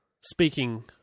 speaking